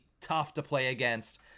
tough-to-play-against